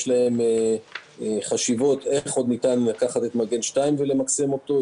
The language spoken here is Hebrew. יש להם חשיבה איך ניתן לקחת את מגן 2 ולמקסם אותו,